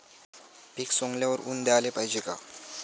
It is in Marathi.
पीक सवंगल्यावर ऊन द्याले पायजे का?